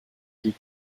die